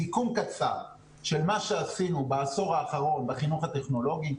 סיכום קצר של מה שעשינו בעשור האחרון בחינוך הטכנולוגי.